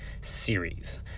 series